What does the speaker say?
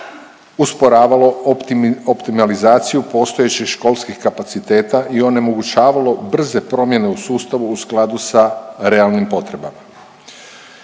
usporavalo optimalizaciju postojećih školskih kapaciteta i onemogućavalo brze promjene u sustavu u skladu sa realnim potrebama.